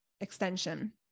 extension